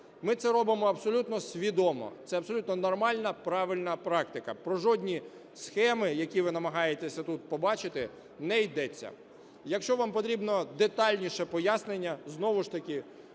Ми це робимо абсолютно свідомо, це абсолютно нормальна, правильна практика, про жодні схеми, які ви намагаєтесь тут побачити, не йдеться. Якщо вам потрібне детальніше пояснення, знову ж таки